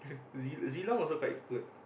Z~ Zilong also quite good